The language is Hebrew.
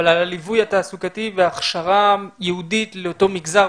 אבל על הליווי התעסוקתי והכשרה ייעודית לאותו מגזר,